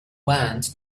wand